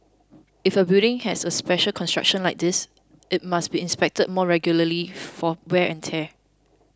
if a building has a special construction like this it must be inspected more regularly for wear and tear